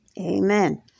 Amen